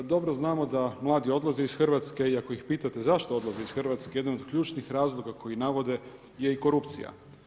Dobro znamo da mladi odlaze iz Hrvatske i ako ih pitate zašto odlaze iz Hrvatske jedan od ključnih razloga koji navode je i korupcija.